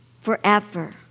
forever